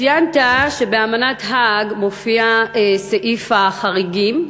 ציינת שבאמנת האג מופיע סעיף החריגים,